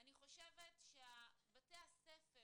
אני חושבת שבתי הספר